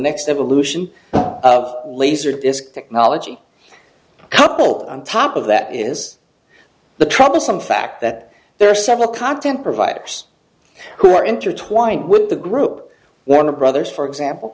next evolution of laserdisc technology couple on top of that is the troublesome fact that there are several content providers who are intertwined with the group warner brothers for